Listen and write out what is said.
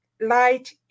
light